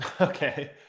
Okay